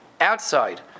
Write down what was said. Outside